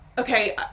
Okay